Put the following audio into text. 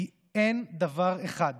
כי אין דבר אחד